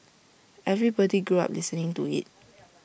everybody grew up listening to IT